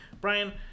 Brian